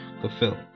fulfill